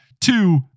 Two